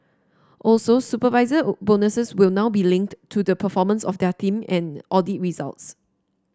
also supervisor bonuses will now be linked to the performance of their team and audit results